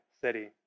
city